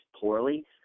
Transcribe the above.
poorly